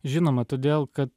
žinoma todėl kad